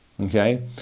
Okay